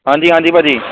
ਹਾਂਜੀ ਹਾਂਜੀ ਭਾਅ ਜੀ